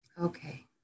Okay